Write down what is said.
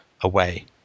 away